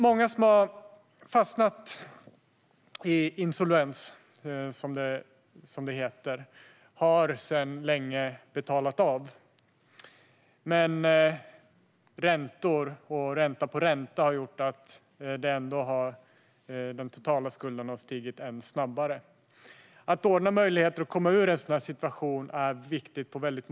Många som har fastnat i insolvens, som det heter, har sedan länge betalat av, men räntor och ränta på ränta har gjort att den totala skulden har stigit än snabbare. Att ordna möjligheter att komma ur en sådan situation är viktigt på många sätt.